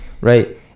right